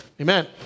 Amen